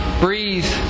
Breathe